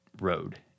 road